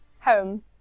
home